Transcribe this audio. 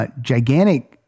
Gigantic